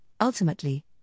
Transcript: ultimately